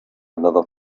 another